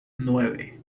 nueve